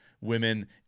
women